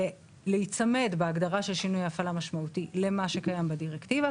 להיצמד בהגדרה של שינוי הפעלה משמעותי למה שקיים בדירקטיבה,